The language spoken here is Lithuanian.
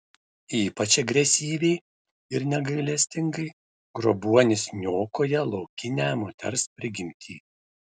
ypač agresyviai ir negailestingai grobuonis niokoja laukinę moters prigimtį